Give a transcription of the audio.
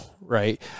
right